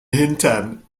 hintern